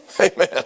Amen